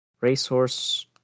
Racehorse